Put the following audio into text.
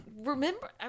remember